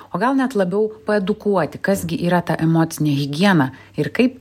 o gal net labiau paedukuoti kas gi yra ta emocinė higiena ir kaip